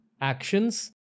actions